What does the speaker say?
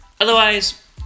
Otherwise